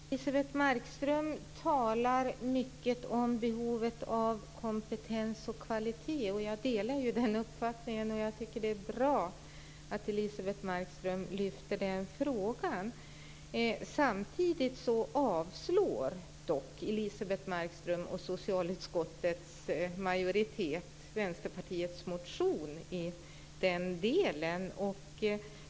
Fru talman! Elisebeht Markström talar mycket om behovet av kompetens och kvalitet. Jag delar den uppfattningen, och jag tycker att det är bra att hon lyfter fram den frågan. Samtidigt avslår dock Elisebeht Markström och socialutskottets majoritet Vänsterpartiets motion i den delen.